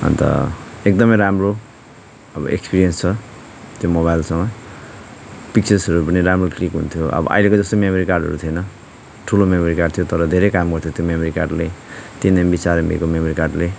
अन्त एकदमै राम्रो अब एक्सपिरेन्स छ त्यो मोबाइलसँग पिक्चर्सहरू पनि राम्रो क्लिक हुन्थ्यो अब अहिले जस्तो मेमोरी कार्डहरू थिएन ठुलो मेमोरी कार्ड थियो तर धेरै काम गर्थ्यो त्यो मेमोरी कार्डले तिन एमबी चार एमबीको मेमोरी कार्डले